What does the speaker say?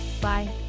Bye